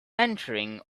entering